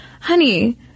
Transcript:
honey